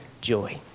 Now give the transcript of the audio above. joy